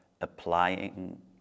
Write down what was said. applying